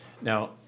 Now